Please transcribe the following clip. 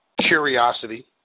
curiosity